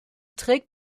trägt